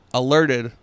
alerted